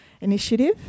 initiative